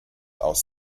aus